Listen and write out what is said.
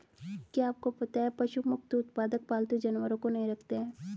क्या आपको पता है पशु मुक्त उत्पादक पालतू जानवरों को नहीं रखते हैं?